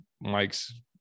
mike's